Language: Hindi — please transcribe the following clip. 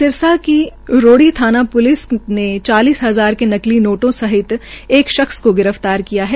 सिरसा की रोड़ी थाना प्लिस ने चालीस हजार के नकली नोटों सहित एक शख्स को गिरफ्तार किया है